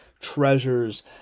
treasures